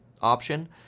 option